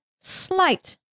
slight